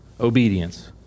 obedience